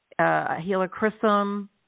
helichrysum